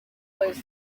plays